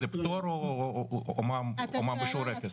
זה פטור או מע"מ בשיעור אפס?